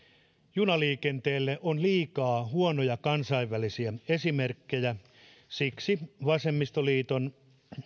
junaliikenteelle on liikaa huonoja kansainvälisiä esimerkkejä siksi vasemmistoliiton